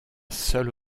seule